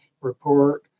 report